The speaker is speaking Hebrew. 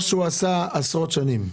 מה שהוא עשה עשרות שנים.